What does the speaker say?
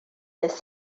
this